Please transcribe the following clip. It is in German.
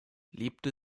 lebte